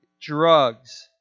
drugs